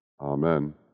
Amen